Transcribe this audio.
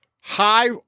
high